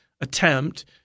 attempt